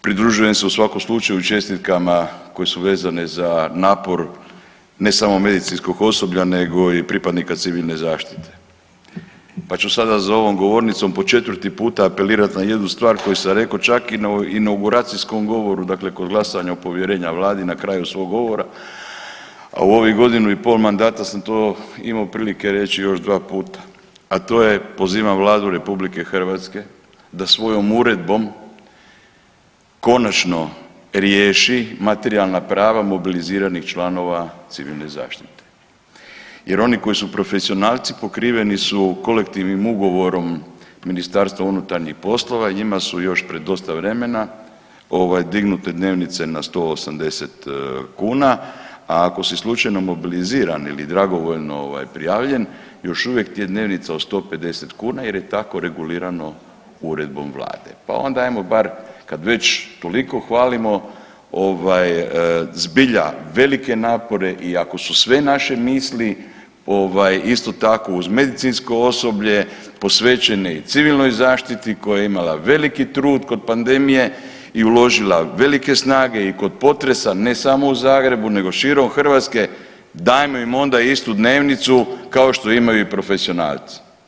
Pridružujem se u svakom slučaju čestitkama koje su vezane za napor ne samo medicinskog osoblja nego i pripadnika civilne zaštite, pa ću sada za ovom govornici po četvrti puta apelirat na jednu stvar koju sam rekao čak i na inauguracijskom govoru, dakle kod glasanja o povjerenja vladi na kraju svog govora, a u ovih godinu i pol mandata sam to imao prilike reći još dva puta, a to je pozivam Vladu RH da svojom uredbom konačno riješi materijalna prava mobiliziranih članova civilne zaštite jer oni koji su profesionalci pokriveni su kolektivnim ugovorom MUP-a, njima su još pre dosta vremena ovaj dignute dnevnice na 180 kuna, a ako si slučajno mobiliziran ili dragovoljno ovaj prijavljen još uvijek ti je dnevnica od 150 kuna jer je tako regulirano uredbom vlade, pa onda ajmo bar kad već toliko hvalimo ovaj zbilja velike napore i ako su sve naše misli ovaj isto tako uz medicinsko osoblje posvećeni i civilnoj zaštiti koja je imala veliki trud kod pandemije i uložila velike snage i kod potresa, ne samo u Zagrebu nego širom Hrvatske, dajmo im onda istu dnevnicu kao što imaju i profesionalci.